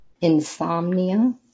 insomnia